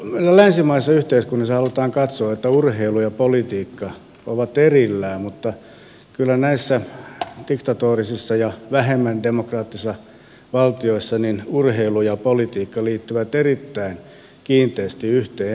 meillä länsimaisessa yhteiskunnassa halutaan katsoa että urheilu ja politiikka ovat erillään mutta kyllä näissä diktatorisissa ja vähemmän demokraattisissa valtioissa urheilu ja politiikka liittyvät erittäin kiinteästi yhteen